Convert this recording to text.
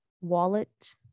wallet